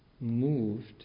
moved